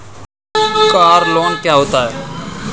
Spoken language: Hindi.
कार लोन क्या होता है?